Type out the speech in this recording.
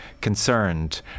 concerned